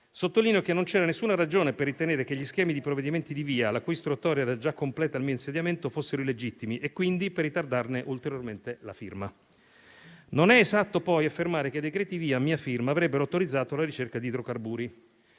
Sottolineo che non c'era nessuna ragione per ritenere che gli schemi di provvedimenti di VIA, la cui istruttoria era già completa al mio insediamento, fossero illegittimi e quindi per ritardarne ulteriormente la firma. Non è esatto poi affermare che i decreti VIA a mia firma avrebbero autorizzato la ricerca di idrocarburi.